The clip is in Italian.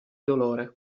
dolore